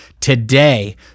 today